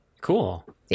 Cool